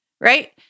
right